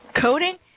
Coding